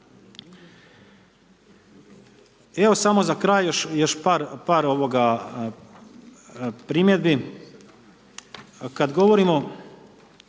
Evo samo za kraj još par primjedbi. Kad govorimo,